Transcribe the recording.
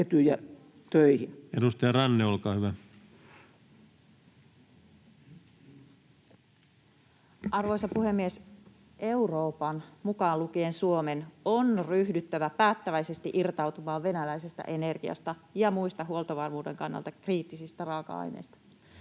Arvoisa puhemies! Euroopan, mukaan lukien Suomen, on ryhdyttävä päättäväisesti irtautumaan venäläisestä energiasta ja muista huoltovarmuuden kannalta kriittisistä raaka-aineista.